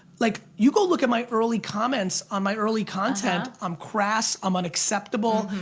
like you go look at my early comments on my early content, i'm crass, i'm unacceptable,